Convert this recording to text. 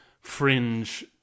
fringe